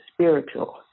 spiritual